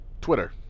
Twitter